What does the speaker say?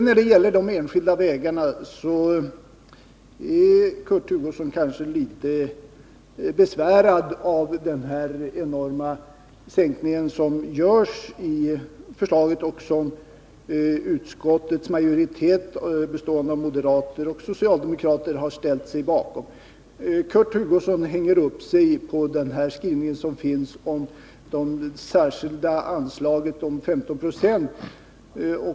När det gäller de enskilda vägarna är Kurt Hugosson kanske litet besvärad av den enorma sänkning som föreslås och som utskottets majoritet, bestående av moderater och socialdemokrater, har ställt sig bakom. Kurt Hugosson hänger upp sig på skrivningen om det särskilda anslaget om 15 96.